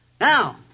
Now